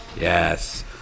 Yes